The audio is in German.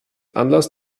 anlass